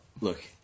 Look